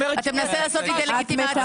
אתה מנסה לעשות לי דה-לגיטימציה.